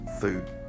food